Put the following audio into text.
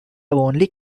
only